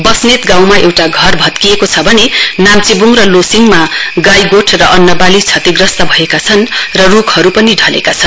वस्नेत गाँउमा एउटा घर भत्किएको छ भने नाम्चेब्ङ र लोसिङमा गाईगोठ र अन्नबाली क्षतिग्रस्त भएका छन् र रूखहरू पनि ढलेका छन्